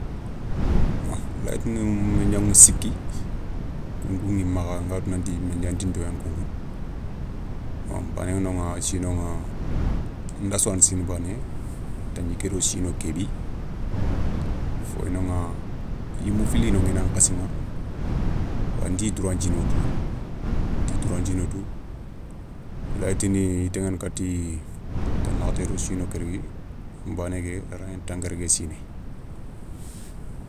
Lay tini mendjaηu sikki kounkou ηi makha nga tou nanti mendia ntinto gnani kouηa, bané yi noηa a sinoηa nda sou yani siné bané, tandjiké do sino kébi, foya noηa, yimu fili ya noηa i nan khassiηa. nti droit nthino tou, nti droit nthino tou lay tini i taηana kati tanakhaté do sino kargui bané ké aray gnana tankargué siné.